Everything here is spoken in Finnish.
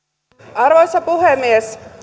arvoisa puhemies